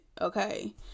okay